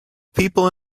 people